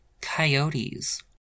coyotes